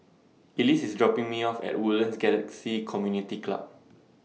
Elise IS dropping Me off At Woodlands Galaxy Community Club